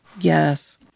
Yes